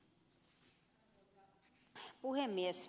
arvoisa puhemies